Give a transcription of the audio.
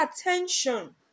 attention